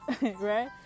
right